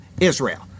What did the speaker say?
Israel